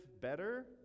better